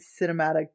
cinematic